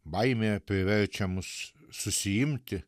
baimė priverčia mus susiimti